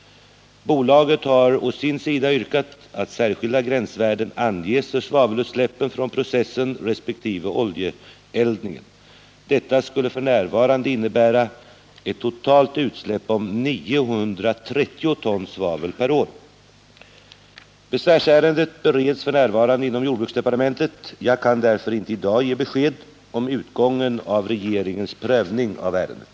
Bolaget har å sin sida yrkat att särskilda gränsvärden anges för svavelutsläppen från processen resp. oljeeldningen. Detta skulle f.n. innebära ett totalt utsläpp om 930 ton svavel per år. Besvärsärendet bereds f. n. inom jordbruksdepartementet. Jag kan därför inte i dag ge besked om utgången av regeringens prövning i ärendet.